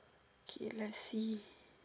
okay let's see